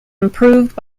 improved